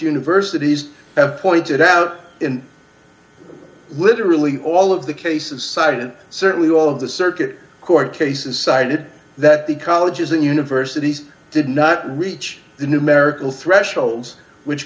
universities have pointed out in literally all of the case of cited certainly all of the circuit court cases cited that the colleges and universities did not reach the numerical threshold which